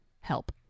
help